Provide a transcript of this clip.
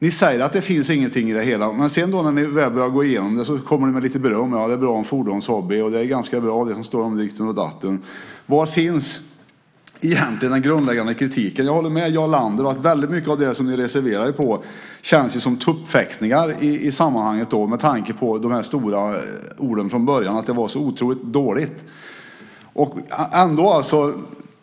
Ni säger att det inte finns någonting i det hela, men när ni väl börjar gå igenom det kommer ni med lite beröm och säger att det är bra det som står om fordonshobbyn, att det är ganska bra det som står om ditten och datten. Var finns egentligen den grundläggande kritiken? Jag håller med Jarl Lander om att väldigt många av era reservationer känns som tuppfäktningar i sammanhanget med tanke på de stora orden från början om att det var så otroligt dåligt.